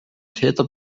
täter